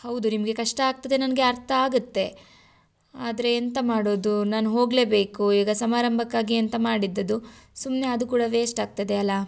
ಹೌದು ನಿಮಗೆ ಕಷ್ಟ ಆಗ್ತದೆ ನನಗೆ ಅರ್ಥ ಆಗುತ್ತೆ ಆದರೆ ಎಂಥ ಮಾಡೋದು ನಾನು ಹೋಗ್ಲೇ ಬೇಕು ಈಗ ಸಮಾರಂಭಕ್ಕಾಗಿ ಅಂತ ಮಾಡಿದ್ದು ಅದು ಸುಮ್ಮನೆ ಅದು ಕೂಡ ವೇಸ್ಟ್ ಆಗ್ತದೆ ಅಲ್ಲಾ